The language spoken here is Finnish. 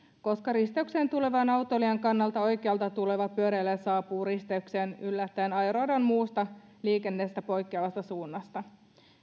koska risteykseen tulevan autoilijan kannalta oikealta tuleva pyöräilijä saapuu risteykseen yllättäen ajoradan muusta liikenteestä poikkeavasta suunnasta